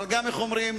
אבל איך אומרים?